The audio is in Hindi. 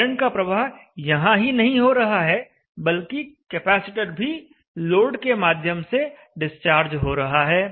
करंट का प्रवाह यहां ही नहीं हो रहा है बल्कि कपैसिटर भी लोड के माध्यम से डिस्चार्ज हो रहा है